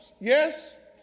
Yes